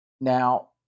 Now